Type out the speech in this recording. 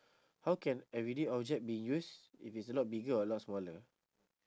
how can everyday object be used if it's a lot bigger or a lot smaller